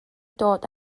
dod